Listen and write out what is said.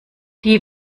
die